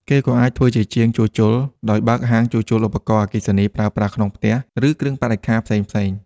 គេក៏អាចធ្វើជាជាងជួសជុល ដោយបើកហាងជួសជុលឧបករណ៍អគ្គិសនីប្រើប្រាស់ក្នុងផ្ទះ ឬគ្រឿងបរិក្ខារផ្សេងៗ។